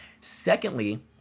secondly